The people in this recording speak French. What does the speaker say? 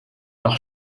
par